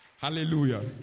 Hallelujah